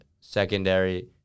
secondary